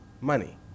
money